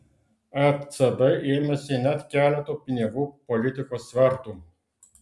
ecb ėmėsi net keleto pinigų politikos svertų